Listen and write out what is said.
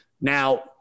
Now